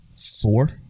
Four